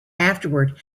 afterward